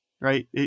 right